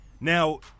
Now